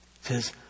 says